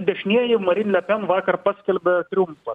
dešinieji marin lepen vakar paskelbė triumfą